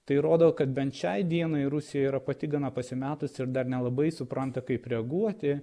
tai rodo kad bent šiai dienai rusija yra pati gana pasimetusi ir dar nelabai supranta kaip reaguoti